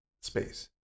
space